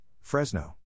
Fresno